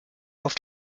auf